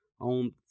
On